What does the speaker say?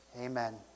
Amen